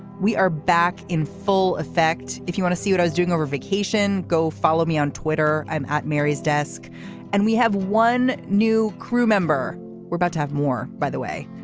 we are back in full effect. if you want to see what i was doing over vacation go follow me on twitter. i'm at mary's desk and we have one new crew member we're about to have more by the way.